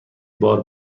بار